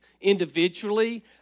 individually